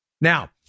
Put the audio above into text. Now